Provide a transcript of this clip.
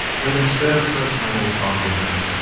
that instead of such idle compliments,